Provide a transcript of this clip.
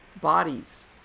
bodies